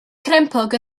crempog